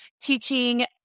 teaching